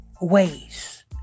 ways